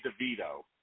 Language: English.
Devito